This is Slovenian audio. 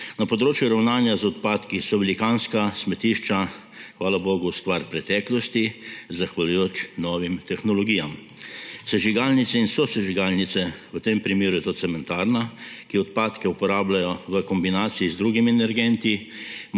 Na področju ravnanja z odpadki so velikanska smetišča, hvala bogu, stvar preteklosti, zahvaljujoč novim tehnologijam. Sežigalnice in sosežigalnice, v tem primeru je to cementarna, ki odpadke uporabljajo v kombinaciji z drugimi energenti,